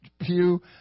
pew